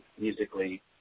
musically